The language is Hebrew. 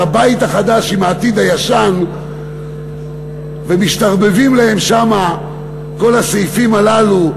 של הבית החדש עם העתיד הישן ומשתרבבים להם שם כל הסעיפים הללו,